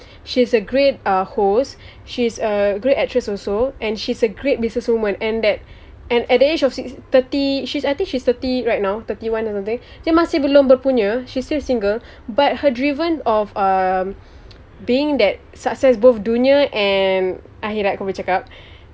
she is a great uh host she's a great actress also and she's a great business woman and that and at the age of thirty I think she's thirty right now thirty one or something dia masih belum berpunya she's still single but her driven of uh being that success both dunia and akhirat aku boleh cakap